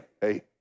Hey